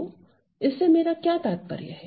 तो इससे मेरा क्या तात्पर्य है